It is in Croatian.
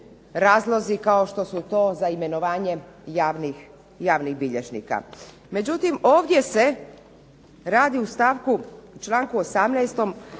razlozi kao što su to za imenovanje javnih bilježnika. Međutim, ovdje se radi u članku 18.